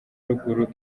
ruguru